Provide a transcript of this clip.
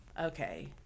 okay